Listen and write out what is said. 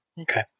Okay